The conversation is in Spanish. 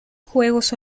juegos